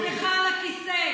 לעצמך על הכיסא.